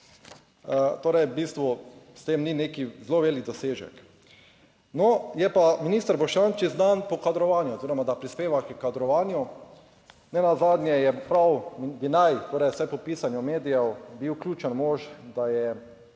Torej, v bistvu s tem ni nek zelo velik dosežek. Je pa minister Boštjančič znan po kadrovanju oziroma da prispeva h kadrovanju, nenazadnje je prav, bi naj, torej vsaj po pisanju medijev, bil ključen mož, da je